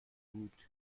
بود